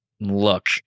look